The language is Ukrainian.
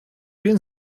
він